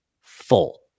full